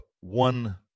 one